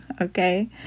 okay